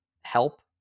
help